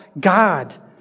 God